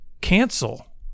cancel